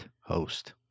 host